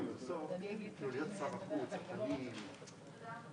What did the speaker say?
יום הבטיחות באינטרנט כדי שאנחנו בעצם,